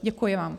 Děkuji vám.